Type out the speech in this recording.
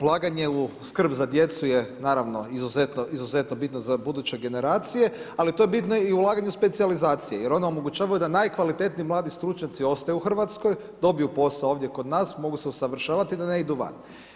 Ulaganje u skrb za djecu je naravno izuzetno bitno za buduće generacije ali to je bitno i ulaganje u specijalizacije, jer one omogućavaju da najkvalitetniji mladi stručnjaci ostaju u Hrvatskoj, dobiju posao ovdje kod nas, mogu se usavršavati da ne idu van.